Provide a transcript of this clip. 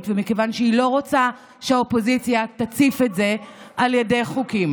ומכיוון שהיא לא רוצה שהאופוזיציה תציף את זה על ידי חוקים.